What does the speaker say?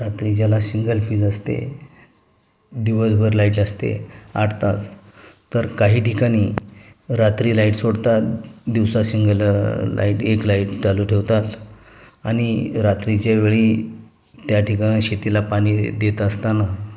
रात्रीच्याला single phase असते दिवसभर light असते आठ तास तर काही ठिकाणी रात्री लाईट सोडतात दिवसा शिंगल लाईट एक लाईट चालू ठेवतात आणि रात्रीच्या वेळी त्या ठिकाणं शेतीला पाणी देत देत असताना